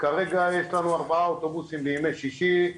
כרגע יש לנו ארבעה אוטובוסים בימי ששי,